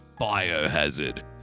biohazard